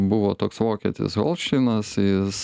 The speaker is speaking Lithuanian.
buvo toks vokietis holšteinas jis